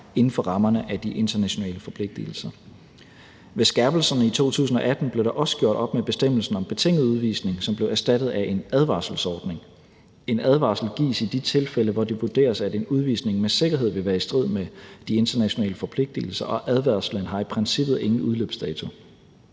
inden for rammerne af de internationale forpligtigelser. Med skærpelserne i 2018 blev der også gjort op med bestemmelsen om betinget udvisning, som blev erstattet af en advarselsordning. En advarsel gives i de tilfælde, hvor det vurderes, at en udvisning med sikkerhed vil være i strid med de internationale forpligtigelser, og advarslen har i princippet ingen udløbsdato.